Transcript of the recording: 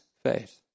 faith